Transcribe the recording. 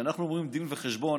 כשאנחנו אומרים "דין וחשבון",